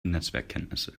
netzwerkkenntnisse